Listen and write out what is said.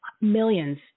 millions